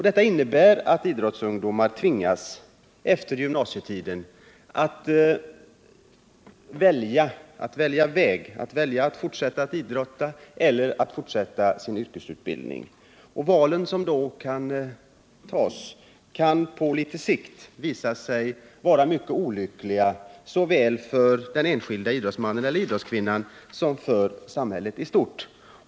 Detta innebär att idrottsungdomar efter gymnasietiden tvingas att välja väg, antingen fortsätta att idrotta eller att fortsätta sin yrkesutbildning. Och de val som då görs kan på litet sikt visa sig vara mycket olyckliga såväl för den enskilde idrottsmannen eller idrottskvinnan som för samhället i stort.